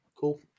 cool